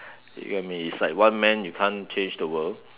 you get what I mean is like one man you can't change the world